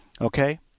Okay